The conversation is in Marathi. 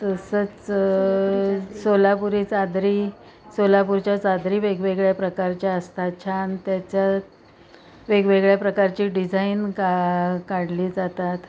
तसंच सोलापुरी चादरी सोलापूरच्या चादरी वेगवेगळ्या प्रकारच्या असतात छान त्याच्यात वेगवेगळ्या प्रकारची डिझाईन का काढली जातात